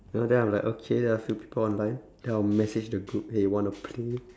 you know then I'm like okay there are a few people online then I'll message the group hey wanna play